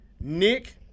Nick